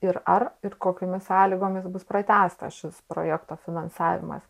ir ar ir kokiomis sąlygomis bus pratęstas ši projekto finansavimas